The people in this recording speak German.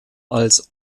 als